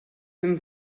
him